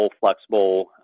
flexible